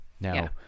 Now